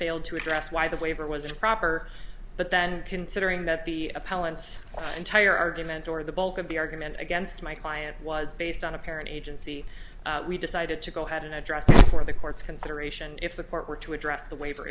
failed to address why the waiver was proper but then considering that the appellant's entire argument or the bulk of the argument against my client was based on a parent agency we decided to go ahead and address for the court's consideration if the court were to address the waiver